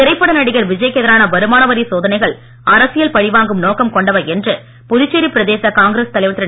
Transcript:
திரைப்பட நடிகர் விஜய் க்கு எதிரான வருமான வரி சோதனைகள் அரசியல் பழிவாங்கும் நோக்கம் கொண்டவை என்று புதுச்சேரி பிரதேச காங்கிரஸ் தலைவர் திரு